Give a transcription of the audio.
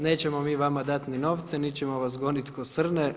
Nećemo mi vama dat ni novce, niti ćemo vas gonit ko srne.